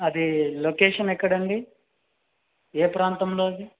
అది లొకేషన్ ఎక్కడండి ఏ ప్రాంతంలోది